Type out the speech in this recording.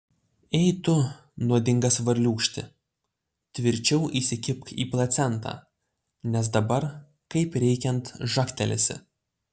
ei tu nuodingas varliūkšti tvirčiau įsikibk į placentą nes dabar kaip reikiant žagtelėsi